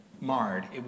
marred